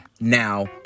Now